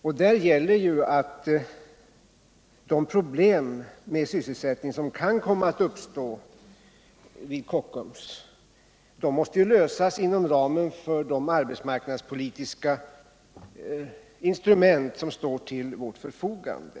Där är det så att de sysselsättningsproblem som kan komma att uppstå måste lösas inom ramen för de arbetsmarknadspolitiska instrument som står till vårt förfogande.